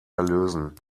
lösen